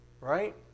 Right